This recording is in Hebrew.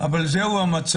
אבל זה המצב,